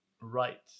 right